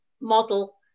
model